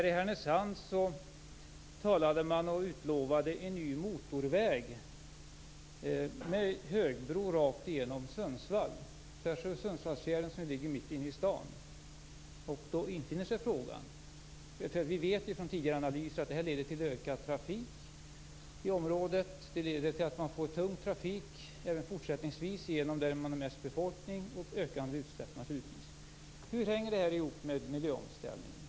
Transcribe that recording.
I Härnösand talade man om och utlovade en ny motorväg med en högbro rakt igenom Sundsvall, tvärs över Sundsvallsfjärden som ligger mitt inne i stan. Från tidigare analyser vet vi att sådant leder till en ökad trafik i området. Det leder till att man får tung trafik även fortsättningsvis genom delar som är mest befolkade. Naturligtvis ökar också utsläppen. Hur hänger detta ihop med miljöomställningen?